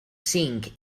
cinc